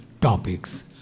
topics